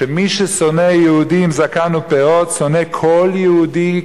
שמי ששונא יהודי עם זקן ופאות שונא כל יהודי,